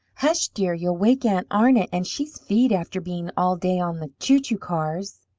hush, dear! you'll wake aunt arna, and she's feed after being all day on the chou-chou cars.